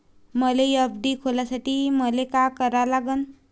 मले एफ.डी खोलासाठी मले का करा लागन?